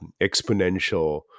exponential